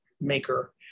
maker